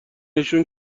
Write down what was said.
نشون